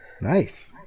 nice